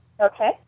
Okay